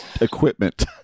equipment